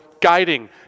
guiding